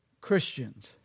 Christians